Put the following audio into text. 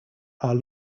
are